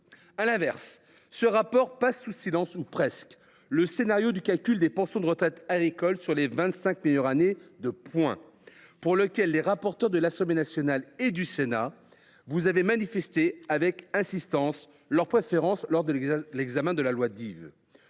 À l’inverse, ce rapport passe sous silence ou presque le scénario du calcul des pensions de retraite agricoles sur les vingt cinq meilleures années en points, pour lequel les rapporteurs de l’Assemblée nationale et du Sénat avaient manifesté avec insistance leur préférence lors de l’examen de la